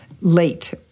late